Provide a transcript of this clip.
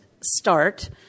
start